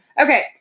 Okay